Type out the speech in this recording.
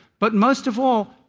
but most of all,